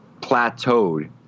plateaued